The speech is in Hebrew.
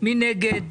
מי נגד?